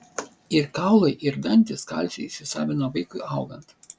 ir kaulai ir dantys kalcį įsisavina vaikui augant